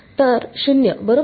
तर 0 बरोबर